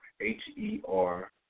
H-E-R